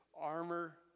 armor